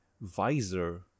visor